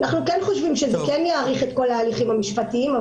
אנחנו כן חושבים שזה יאריך את כל ההליכים המשפטיים,